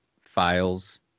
files